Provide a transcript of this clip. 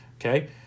Okay